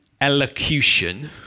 elocution